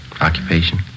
Occupation